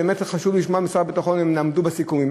באמת חשוב לשמוע משר הביטחון אם הם עמדו בסיכומים.